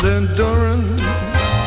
endurance